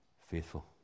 faithful